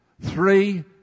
Three